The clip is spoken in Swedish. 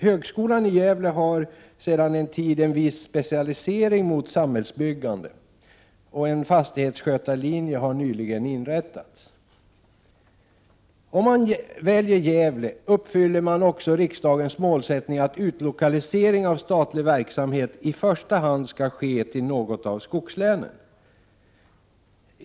Högskolan i Gävle har sedan en tid tillbaka också en viss specialinriktning på samhällsbyggande, och en fastighetsskötarlinje har nyligen inrättats. Om man väljer Gävle uppfyller man också riksdagens målsättning att utlokalisering av statlig verksamhet i första hand skall ske till något av skogslänen.